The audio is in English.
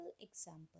example